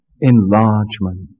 Enlargement